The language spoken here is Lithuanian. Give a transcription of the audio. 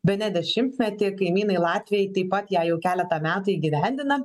bene dešimtmetį kaimynai latviai taip pat ją jau keletą metų įgyvendina